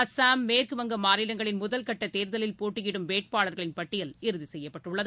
அசாம் மேற்குவங்கம் மாநிலங்களின் முதல்கட்ட தேர்தலில் போட்டியிடும் வேட்பாளர்களின் பட்டியல் இறுதி செய்யப்பட்டுள்ளது